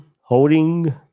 holding